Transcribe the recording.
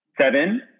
seven